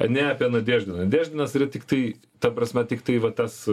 ne apie nadieždiną dieždinas yra tiktai ta prasme tiktai va tas